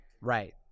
right